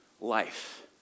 life